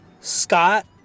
Scott